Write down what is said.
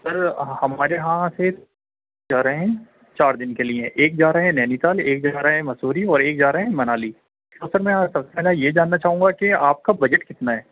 سر ہمارے یہاں سے جا رہے ہیں چار دن کے لیے ایک جا رہے ہیں نینی تال ایک جا رہے ہیں مسوری اور ایک جا رہے ہیں منالی تو سر میں سب سے پہلے یہ جاننا چاہوں گا کہ آپ کا بجٹ کتنا ہے